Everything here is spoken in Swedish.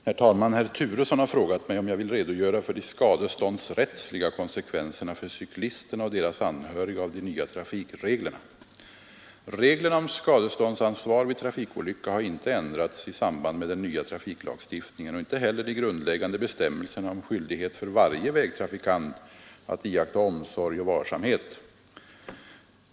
Herr talman! Herr Turesson har frågat mig om jag vill redogöra för de skadeståndsrättsliga konsekvenserna för cyklisterna och deras anhöriga av de nya trafikreglerna. Reglerna om skadeståndsansvar vid trafikolycka har inte ändrats i samband med den nya trafiklagstiftningen och inte heller de grundläggande bestämmelserna om skyldighet för varje vägtrafikant att iaktta omsorg och varsamhet.